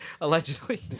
Allegedly